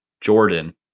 Jordan